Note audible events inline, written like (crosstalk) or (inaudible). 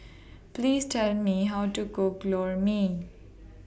Please Tell Me How (noise) to Cook Lor Mee